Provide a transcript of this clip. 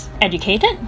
educated